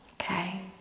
okay